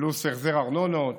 פלוס החזר ארנונות,